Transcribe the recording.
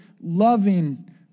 loving